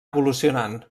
evolucionant